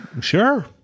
sure